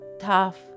tough